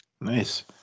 nice